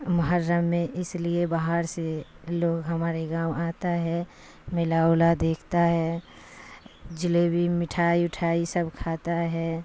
محرم میں اس لیے باہر سے لوگ ہمارے گاؤں آتا ہے میلا اولا دیکھتا ہے جلیبی مٹھائی اٹھائی سب کھاتا ہے